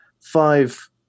five